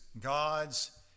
God's